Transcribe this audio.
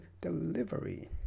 delivery